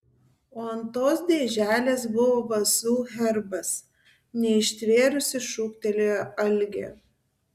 o ant tos dėželės buvo vazų herbas neištvėrusi šūktelėjo algė